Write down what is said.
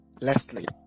Leslie